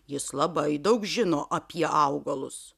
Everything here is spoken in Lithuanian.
jis labai daug žino apie augalus